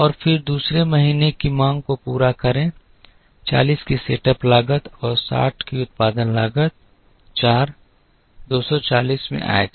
और फिर दूसरे महीने की मांग को पूरा करें 40 की सेटअप लागत और 60 की उत्पादन लागत 4 240 में आय कर